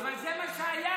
אבל זה מה שהיה.